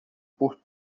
por